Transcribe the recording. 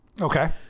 Okay